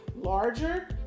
larger